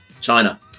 China